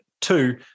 Two